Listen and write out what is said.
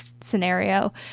scenario